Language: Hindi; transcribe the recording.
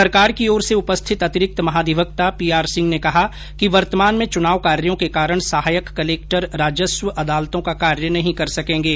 सरकार की ओर से उपस्थित अतिरिक्त महाधिवक्ता पीआर सिंह ने कहा कि वर्तमान में चुनाव कार्यों के कारण सहायक कलेक्टर राजस्व अदालतों का कार्य नही कर सकेंगे